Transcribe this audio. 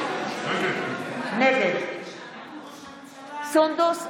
נגד סונדוס סאלח,